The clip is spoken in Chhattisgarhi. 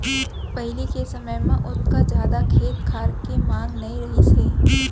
पहिली के समय म ओतका जादा खेत खार के मांग नइ रहिस हे